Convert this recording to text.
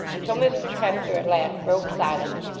until mr chester at last broke silence,